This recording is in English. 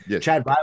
chad